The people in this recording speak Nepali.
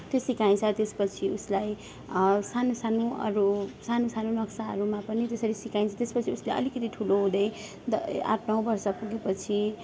त्यो सिकाइन्छ त्यसपछि उसलाई सानो सानो अरू सानो सानो नक्साहरूमा पनि त्यसरी सिकाइन्छ त्यसपछि उसले अलिकति ठुलो हुँदै द आठ नौ वर्ष पुगेपछि